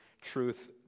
truth